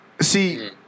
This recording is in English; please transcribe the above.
See